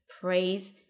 praise